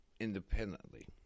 independently